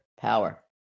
power